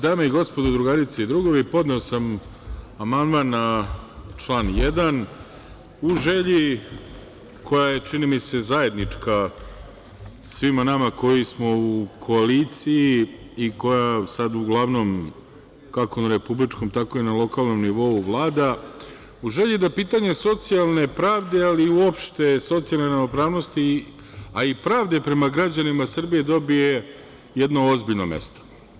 Dame i gospodo, drugarice i drugovi, podneo sam amandman na član 1. u želji koja je, čini mi se, zajednička svima nama koji smo u koaliciji i koja sada uglavnom kako na republičkom, tako i na lokalnom nivou vlada, u želji da pitanja socijalne pravde, ali i uopšte socijalne ravnopravnosti, a i pravde prema građanima Srbije dobije jedno ozbiljno mesto.